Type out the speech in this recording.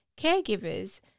Caregivers